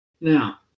Now